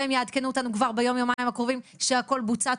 ויעדכנו אותנו כבר ביום-יומיים הקרובים שהכל בוצע,